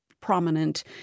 prominent